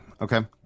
Okay